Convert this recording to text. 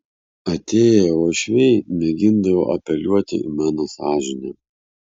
atėję uošviai mėgindavo apeliuoti į mano sąžinę